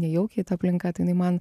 nejaukiai ta aplinka tai jinai man